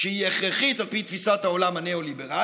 שהיא הכרחית על פי תפיסת העולם הניאו-ליברלית,